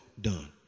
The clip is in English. done